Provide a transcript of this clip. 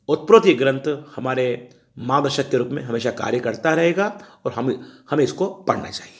ओतप्रोत यह ग्रंथ हमारे मार्गदर्शक के रूप में हमेशा कार्य करता रहेगा और हम हमें इसको पढ़ना चाहिए